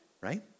Right